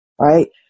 right